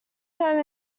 home